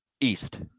East